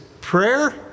prayer